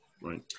Right